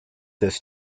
this